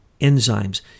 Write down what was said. enzymes